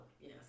yes